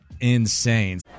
insane